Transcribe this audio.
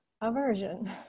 aversion